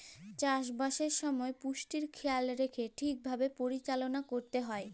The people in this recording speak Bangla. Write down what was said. চাষবাসের সময় পুষ্টির খেয়াল রাইখ্যে ঠিকভাবে পরিচাললা ক্যইরতে হ্যয়